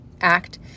act